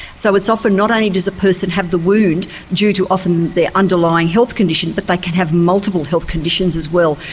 so it's often not only does a person have the wound due to often their underlying health condition, but they can have multiple health conditions as well,